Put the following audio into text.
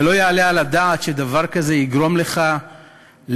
ולא יעלה על הדעת שדבר כזה יגרום לך לשנאה,